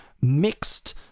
mixed